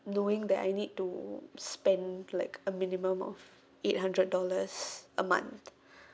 knowing that I need to spend like a minimum of eight hundred dollars a month